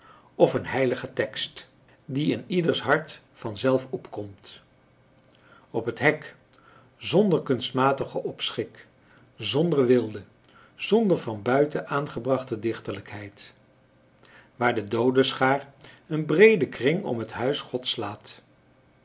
of een heiligen tekst die in ieders hart vanzelf opkomt op het hek zonder kunstmatigen opschik zonder weelde zonder van buiten aangebrachte dichterlijkheid waar de doodenschaar een breeden kring om het huis gods slaat